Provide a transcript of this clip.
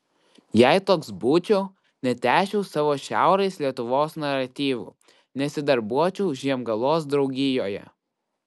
jei toks būčiau netęsčiau savo šiaurės lietuvos naratyvų nesidarbuočiau žiemgalos draugijoje